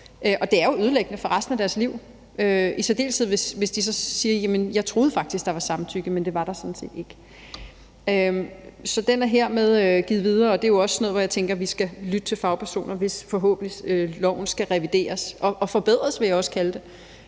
Det er jo ødelæggende for resten af deres liv, i særdeleshed hvis de så siger: Jamen jeg troede faktisk, der var samtykke. Men det var der sådan set ikke. Så den er hermed givet videre. Det er jo også noget, hvor jeg tænker, at vi skal lytte til fagpersoner, hvis – forhåbentlig – loven skal revideres og forbedres, som jeg også vil kalde det.